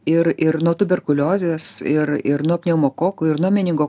ir ir nuo tuberkuliozės ir ir nuo pneumokoko ir nuo meningo